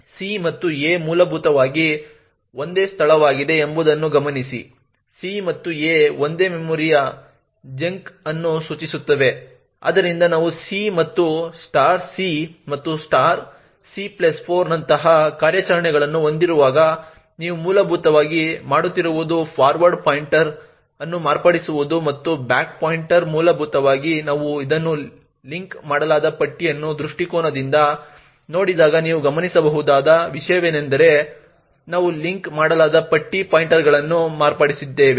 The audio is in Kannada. c ಮತ್ತು a ಮೂಲಭೂತವಾಗಿ ಒಂದೇ ಸ್ಥಳವಾಗಿದೆ ಎಂಬುದನ್ನು ಗಮನಿಸಿ c ಮತ್ತು a ಒಂದೇ ಮೆಮೊರಿ ಚಂಕ್ ಅನ್ನು ಸೂಚಿಸುತ್ತವೆ ಆದ್ದರಿಂದ ನಾವು c ಮತ್ತು c ಮತ್ತು c4 ನಂತಹ ಕಾರ್ಯಾಚರಣೆಗಳನ್ನು ಹೊಂದಿರುವಾಗ ನೀವು ಮೂಲಭೂತವಾಗಿ ಮಾಡುತ್ತಿರುವುದು ಫಾರ್ವರ್ಡ್ ಪಾಯಿಂಟರ್ ಅನ್ನು ಮಾರ್ಪಡಿಸುವುದು ಮತ್ತು ಬ್ಯಾಕ್ ಪಾಯಿಂಟರ್ ಮೂಲಭೂತವಾಗಿ ನಾವು ಇದನ್ನು ಲಿಂಕ್ ಮಾಡಲಾದ ಪಟ್ಟಿಯ ದೃಷ್ಟಿಕೋನದಿಂದ ನೋಡಿದಾಗ ನೀವು ಗಮನಿಸಬಹುದಾದ ವಿಷಯವೆಂದರೆ ನಾವು ಲಿಂಕ್ ಮಾಡಲಾದ ಪಟ್ಟಿ ಪಾಯಿಂಟರ್ಗಳನ್ನು ಮಾರ್ಪಡಿಸುತ್ತಿದ್ದೇವೆ